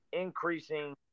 increasing